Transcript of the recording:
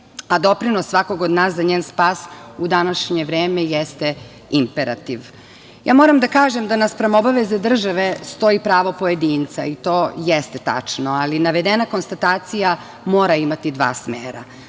a doprinos svakog od nas za njen spas u današnje vreme jeste imperativ. Moram da kažem da naspram obaveze države stoji pravo pojedinca i to jeste tačno, ali navedena konstatacija mora imati dva smera.